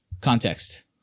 context